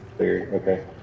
Okay